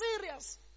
serious